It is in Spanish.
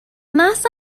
más